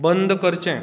बंद करचें